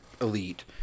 elite